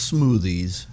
Smoothies